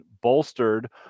bolstered